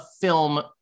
film